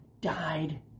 died